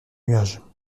nuages